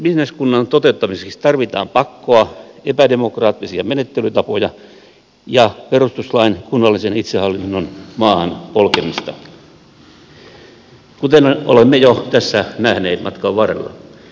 bisneskunnan toteuttamiseksi tarvitaan pakkoa epädemokraattisia menettelytapoja ja perustuslain kunnallisen itsehallinnon maahan polkemista kuten olemme jo tässä nähneet matkan varrella